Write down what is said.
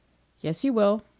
yes, you will.